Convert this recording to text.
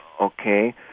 Okay